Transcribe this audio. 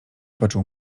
poczuł